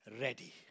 ready